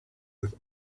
with